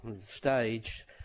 stage